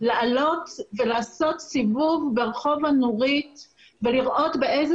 לעלות ולעשות סיבוב ברחוב הנורית ולראות באיזה